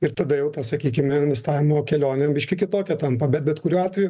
ir tada jau ta sakykim investavimo kelionė biški kitokia tampa bet bet kuriuo atveju